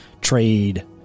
trade